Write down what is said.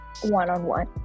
one-on-one